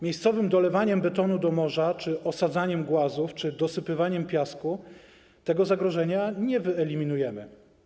Miejscowym dolewaniem betonu do morza czy osadzaniem głazów, czy dosypywaniem piasku tego zagrożenia nie wyeliminujemy.